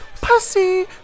Pussy